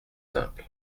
simple